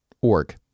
Org